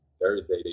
Thursday